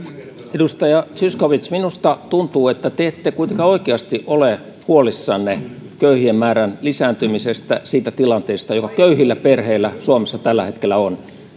edustaja zyskowicz minusta tuntuu että te ette kuitenkaan oikeasti ole huolissanne köyhien määrän lisääntymisestä siitä tilanteesta joka köyhillä perheillä suomessa tällä hetkellä on